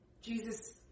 Jesus